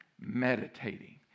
Meditating